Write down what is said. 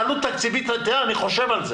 אני חושב על זה